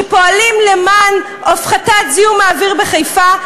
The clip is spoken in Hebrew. שפועלים למען הפחתת זיהום האוויר בחיפה,